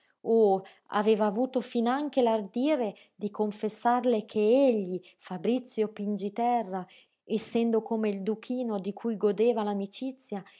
oh aveva avuto finanche l'ardire di confessarle che egli fabrizio pingiterra essendo come il duchino di cui godeva l'amicizia